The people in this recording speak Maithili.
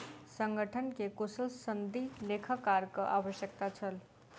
संगठन के कुशल सनदी लेखाकारक आवश्यकता छल